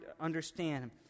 understand